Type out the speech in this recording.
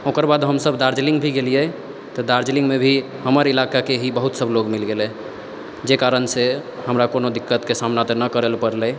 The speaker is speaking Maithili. ओकर बाद हमसब दार्जलिंग भी गेलियै दार्जिलिंग मे भी हमर इलाकाके बहुत लोग सब मिल गेलै जाहि कारण सॅं हमरा कोनो दिक्कत के सामना नहि करय पड़लै